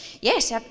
Yes